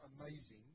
amazing